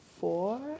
four